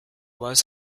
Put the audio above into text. was